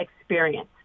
experience